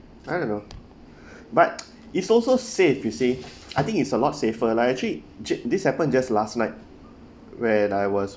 I don't know but it's also safe you see I think it's a lot safer lah actually this happened just last night when I was